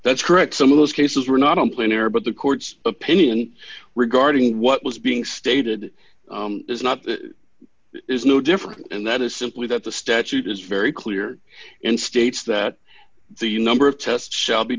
that's correct some of those cases were not on planar but the court's opinion regarding what was being stated is not is no different and that is simply that the statute is very clear in states that the you number of tests shall be